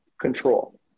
control